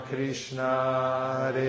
Krishna